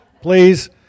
please